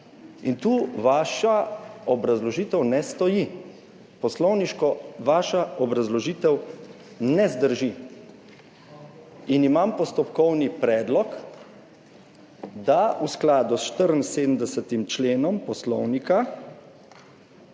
in tu vaša obrazložitev ne stoji. Poslovniško vaša obrazložitev ne zdrži. In imam postopkovni predlog, da v skladu s 74. členom Poslovnika